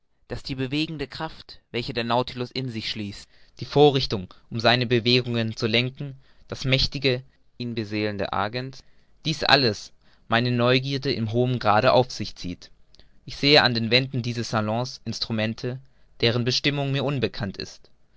daß die bewegende kraft welche der nautilus in sich schließt die vorrichtungen um seine bewegungen zu lenken das mächtige ihn beseelende agens dies alles meine neugierde in hohem grade auf sich zieht ich sehe an den wänden dieses salons instrumente deren bestimmung mir unbekannt ist